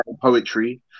poetry